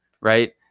Right